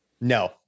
no